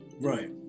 Right